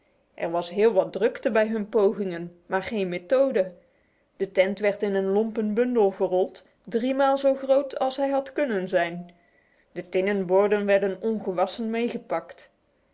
er was heel wat drukte bij hun pogingen maar geen methode de tent werd in een lompe bundel gerold driemaal zo groot als hij had kunnen zijn de tinnen borden werden ongewassen meegepakt